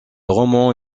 roman